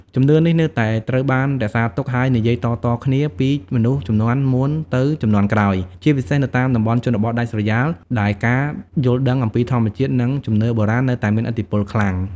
ជំនឿនេះនៅតែត្រូវបានរក្សាទុក ហើយនិយាយតៗគ្នាពីមនុស្សជំនាន់មុនទៅជំនាន់ក្រោយ ជាពិសេសនៅតាមតំបន់ជនបទដាច់ស្រយាលដែលការយល់ដឹងអំពីធម្មជាតិ និងជំនឿបុរាណនៅតែមានឥទ្ធិពលខ្លាំង។